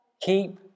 Keep